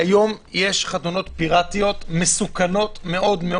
היום יש חתונות פיראטיות מסוכנות מאוד.